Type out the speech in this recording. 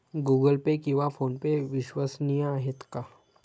Google Pay किंवा PhonePe विश्वसनीय आहेत का?